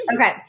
Okay